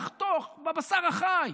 לחתוך בבשר החי,